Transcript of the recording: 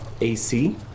AC